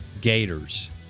Gators